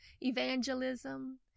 evangelism